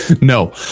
No